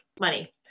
money